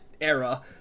era